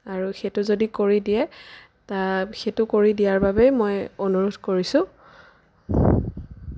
আৰু সেইটো যদি কৰি দিয়ে সেইটো কৰি দিয়াৰ বাবেই মই অনুৰোধ কৰিছোঁ